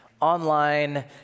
online